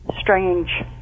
strange